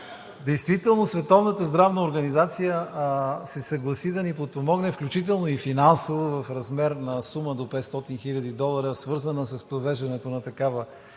организация се съгласи да ни подпомогне, включително и финансово, в размер на сума до 500 хил. долара, свързани с провеждането на такава